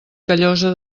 callosa